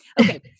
Okay